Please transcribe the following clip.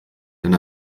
denn